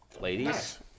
Ladies